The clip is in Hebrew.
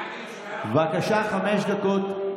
בבקשה, חמש דקות,